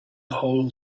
whole